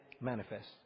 manifest